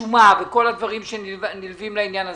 השומה, וכל הדברים הנלווים לעניין הזה,